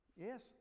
Yes